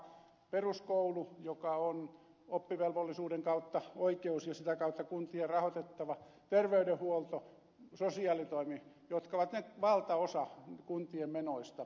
pitäisikö päivähoito lopettaa peruskoulu joka on oppivelvollisuuden kautta oikeus ja sitä kautta kuntien rahoitettava terveydenhuolto sosiaalitoimi jotka ovat nyt valtaosa kuntien menoista